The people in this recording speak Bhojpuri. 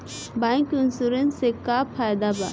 बाइक इन्शुरन्स से का फायदा बा?